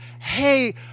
hey